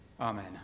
Amen